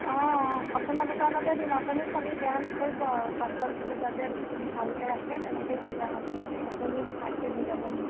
অঁ আপোনাৰ দোকানতে দিম আপুনি খালী বেয়া নকৰিব আৰু পাছত যাতে ভালকৈ ৰাখে তেনেকৈ দি যাম আপোনাকে আপুনি ভালকৈ দি যাব মোকো